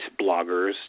bloggers